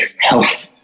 health